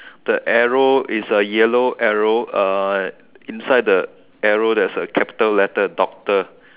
the arrow is a yellow arrow uh inside the arrow there's a capital letter doctor